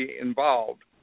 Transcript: involved